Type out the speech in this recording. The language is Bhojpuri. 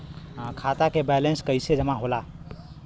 खाता के वैंलेस कइसे जमा होला?